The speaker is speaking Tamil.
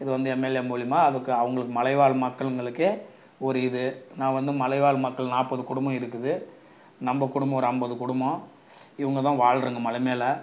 இது வந்து எம்எல்ஏ மூலியமாக அதுக்கு அவங்களுக்கு மலைவாழ் மக்களுங்களுக்கு ஒரு இது நான் வந்து மலைவாழ் மக்கள் நாற்பது குடும்பம் இருக்குது நம்ம குடும்பம் ஒரு ஐம்பது குடும்பம் இவங்க தான் வாழ்கிறோங்க மலை மேலே